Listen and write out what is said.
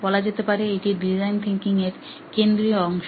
বলা যেতে পারে এটি ডিজাইন থিঙ্কিং এর কেন্দ্রীয় অংশ